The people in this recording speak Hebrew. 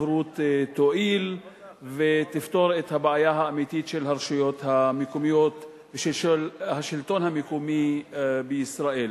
את הבעיה האמיתית של הרשויות המקומיות ושל השלטון המקומי בישראל.